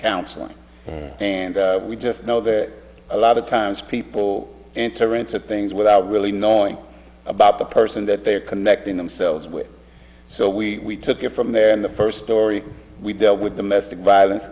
counseling and we just know that a lot of times people enter into things without really knowing about the person that they're connecting themselves with so we took it from there and the first story we dealt with domestic violence